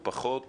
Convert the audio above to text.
הוא פחות